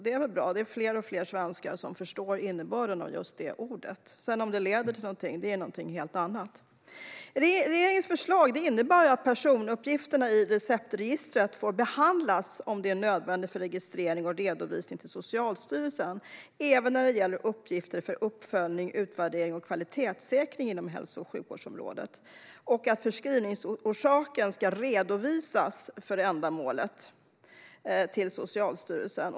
Det är väl bra att allt fler svenskar förstår innebörden av just det ordet, men om tillkännagivanden leder till någonting är en helt annan sak. "Regeringens förslag innebär att personuppgifterna i receptregistret får behandlas om det är nödvändigt för registrering och redovisning till Socialstyrelsen även när det gäller uppgifter för uppföljning, utvärdering och kvalitetssäkring inom hälso och sjukvårdsområdet samt att förskrivningsorsak ska få redovisas för ändamålet registrering och redovisning till Socialstyrelsen.